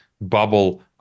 bubble